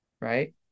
Right